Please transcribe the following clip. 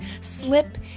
slip